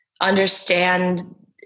understand